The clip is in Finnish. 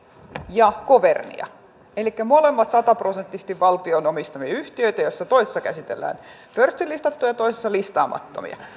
ja governia elikkä molemmat sataprosenttisesti valtion omistamia yhtiöitä joista toisessa käsitellään pörssilistattuja ja toisessa listaamattomia